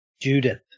Judith